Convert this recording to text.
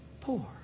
Poor